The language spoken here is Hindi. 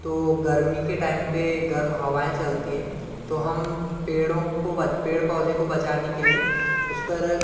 तो गर्मी के टाइम पर गर्म हवाऍं चलती हैं तो हम पेड़ों को पेड़ पौधे को बचाने के लिए उस पर